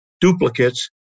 duplicates